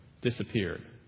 disappeared